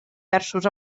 versus